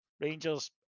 Rangers